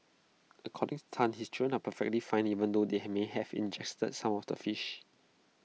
according to Tan his children are perfectly fine even though they have may have ingested some of the fish